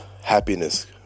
happiness